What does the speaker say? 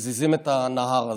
מזיזים את הנהר הזה.